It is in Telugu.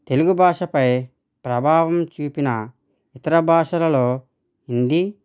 తెలుగు భాషపై ప్రభావం చూపిన ఇతర భాషలలో హిందీ